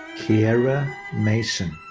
kiera mason.